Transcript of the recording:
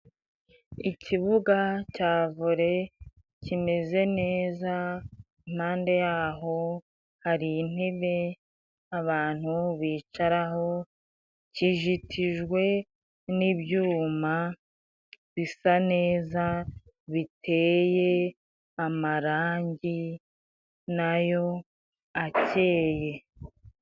Ikibuga cya Vole kimeze neza impande yaho hari intebe abantu bicaraho. Kijitijwe n'ibyuma bisa neza biteye amarangi nayo akeye.